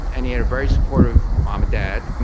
and he had a very supportive mom and dad.